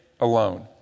alone